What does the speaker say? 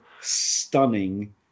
stunning